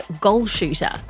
goal-shooter